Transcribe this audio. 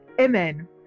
Amen